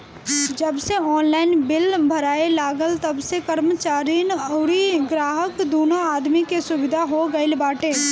जबसे online bill भराए लागल तबसे कर्मचारीन अउरी ग्राहक दूनो आदमी के सुविधा हो गईल बाटे